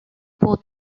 pour